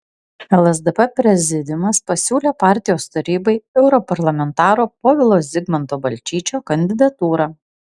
lsdp prezidiumas pasiūlė partijos tarybai europarlamentaro povilo zigmanto balčyčio kandidatūrą